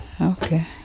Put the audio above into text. Okay